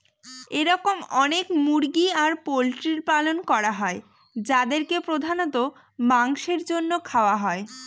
এরকম অনেক মুরগি আর পোল্ট্রির পালন করা হয় যাদেরকে প্রধানত মাংসের জন্য খাওয়া হয়